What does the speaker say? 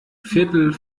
viertel